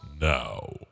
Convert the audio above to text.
now